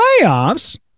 Playoffs